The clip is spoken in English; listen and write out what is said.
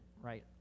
Right